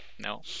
No